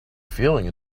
feeling